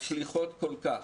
מצליחות כל כך,